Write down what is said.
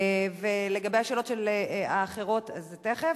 לגבי השאלות האחרות, זה תיכף?